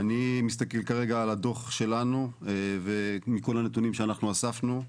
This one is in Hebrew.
אני מסתכל כרגע על הדוח שלנו ומכל הנתונים שאנחנו אספנו,